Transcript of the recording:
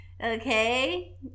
Okay